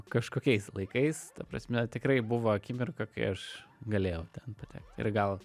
kažkokiais laikais ta prasme tikrai buvo akimirka kai aš galėjau ten patekti ir gal